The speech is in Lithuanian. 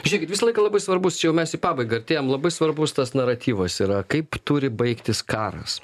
žėkit visą laiką labai svarbus čia jau mes į pabaigą artėjam labai svarbus tas naratyvas yra kaip turi baigtis karas